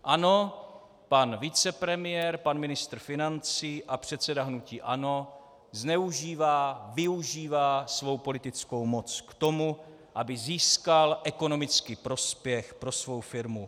Ano, pan vicepremiér, pan ministr financí a předseda hnutí ANO zneužívá, využívá svou politickou moc k tomu, aby získal ekonomický prospěch pro svou firmu Agrofert.